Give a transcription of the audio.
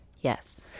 Yes